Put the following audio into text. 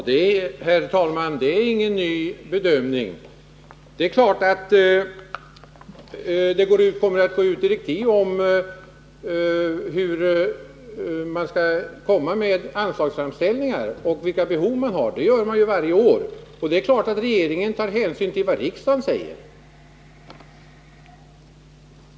Herr talman! Det är inte fråga om någon ny bedömning. Det är klart att det kommer att gå ut direktiv om hur man skall göra anslagsframställningar och redovisa de behov som finns. Det sker ju varje år. Det är klart att regeringen tar hänsyn till vad riksdagen uttalar.